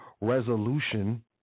resolution